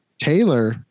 Taylor